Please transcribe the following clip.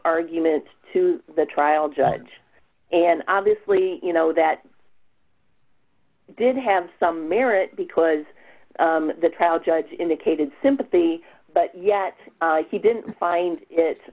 argument to the trial judge and obviously you know that did have some merit because the trial judge indicated sympathy but yet he didn't find